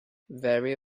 very